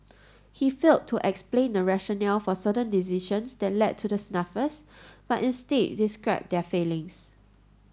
he failed to explain the rationale for certain decisions that led to the snafus but instead described their failings